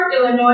Illinois